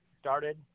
started